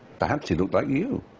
perhaps he looked like you.